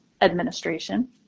Administration